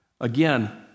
Again